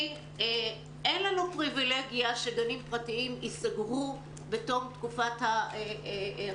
כי אין לנו פריבילגיה שגנים פרטיים ייסגרו בתום תקופת הקורונה.